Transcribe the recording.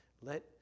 Let